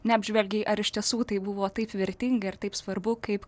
neapžvelgei ar iš tiesų tai buvo taip vertinga ir taip svarbu kaip